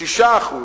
6%